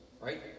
right